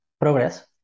progress